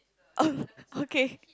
oh okay